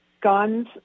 guns